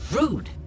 rude